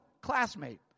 classmate